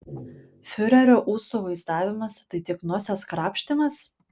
fiurerio ūsų vaizdavimas tai tik nosies krapštymas